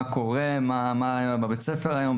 מה היה בבית הספר היום,